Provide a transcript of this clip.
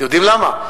אתם יודעים למה?